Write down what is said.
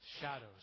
shadows